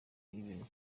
ibintu